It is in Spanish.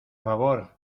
favor